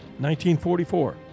1944